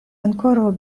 ankoraŭ